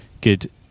good